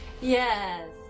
Yes